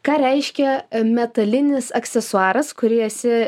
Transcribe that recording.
ką reiškia metalinis aksesuaras kurį esi